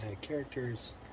characters